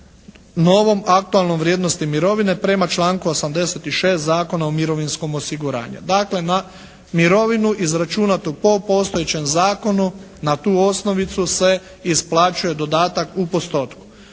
novom aktualnom vrijednosti mirovine prema članku 86. Zakona o mirovinskom osiguranju. Dakle na mirovinu izračunatu po postojećem zakonu na tu osnovicu se isplaćuje dodatak u postotku.